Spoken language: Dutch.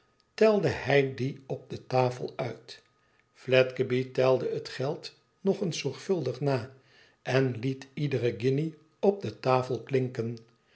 telde hij die op de tafel uit fledgeby telde het geld nog eens zorgvuldig na en liet iederen guinje op de tafel klinken